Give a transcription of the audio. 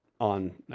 on